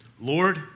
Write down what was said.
Lord